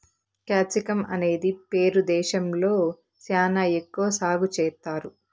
capsicum అనేది Peru దేశంలో శ్యానా ఎక్కువ సాగు చేత్తారు